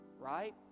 Right